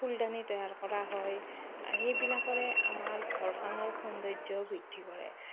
ফুলদানি তৈয়াৰ কৰা হয় সেইবিলাকৰে আমাৰ ঘৰখনৰ সৌন্দৰ্যও বৃদ্ধি কৰে